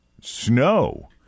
snow